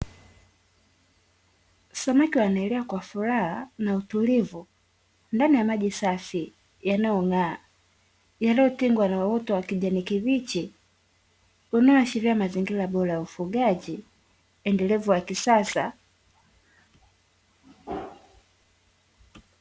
Samaki wanaelea kwa furaha na utulivu ndani ya maji safi yanayong'aa yanayotengwa na uoto wa kijani kibichi, unaoashiria mazingira bora ya ufugaji endelevu wa kisasa.